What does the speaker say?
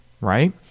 right